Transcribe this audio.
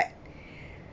but